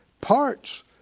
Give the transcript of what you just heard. parts